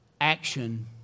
Action